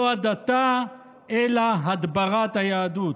לא הדתה אלא הדברת היהדות.